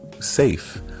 safe